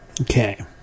okay